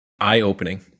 eye-opening